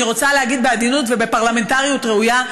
אני רוצה להגיד בעדינות ובפרלמנטריות ראויה,